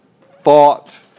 thought